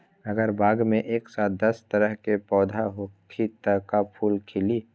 अगर बाग मे एक साथ दस तरह के पौधा होखि त का फुल खिली?